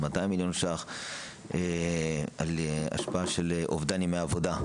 200 מיליון שקלים על השפעה של אובדן ימי עבודה.